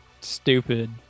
stupid